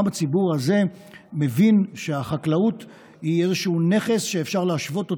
גם הציבור הזה מבין שהחקלאות היא איזשהו נכס שאפשר להשוות לביטחון,